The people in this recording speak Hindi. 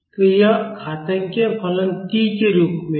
तो यह घातांकीय फलन t के रूप में है